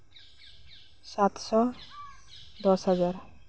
ᱥᱟᱛᱥᱚ ᱫᱚᱥ ᱦᱟᱡᱟᱨ